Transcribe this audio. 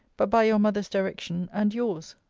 but by your mother's direction and yours.